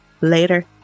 Later